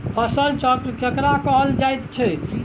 फसल चक्र केकरा कहल जायत छै?